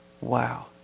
Wow